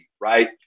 right